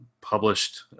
published